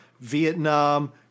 Vietnam